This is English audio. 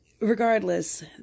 regardless